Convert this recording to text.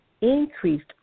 increased